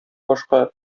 башка